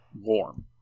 warm